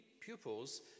pupils